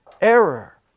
error